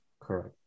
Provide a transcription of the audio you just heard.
Correct